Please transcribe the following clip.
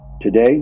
Today